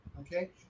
okay